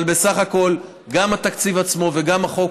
אבל בסך הכול גם התקציב עצמו וגם החוק